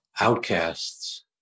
outcasts